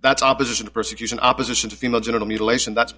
that's opposition to persecution opposition to female genital mutilation that's